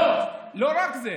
לא, לא רק זה.